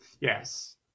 Yes